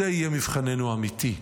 זה יהיה מבחננו האמיתי.